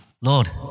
Lord